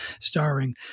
starring